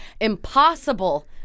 impossible